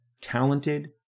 talented